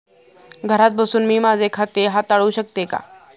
घरात बसून मी माझे खाते हाताळू शकते का?